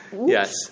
Yes